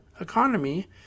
economy